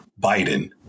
Biden